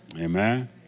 Amen